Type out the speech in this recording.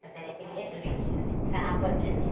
कहाँ पर है